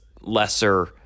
lesser